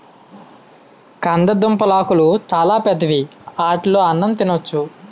కందదుంపలాకులు చాలా పెద్దవి ఆటిలో అన్నం తినొచ్చు